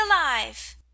alive